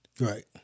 Right